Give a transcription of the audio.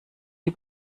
die